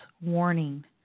warning